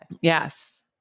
yes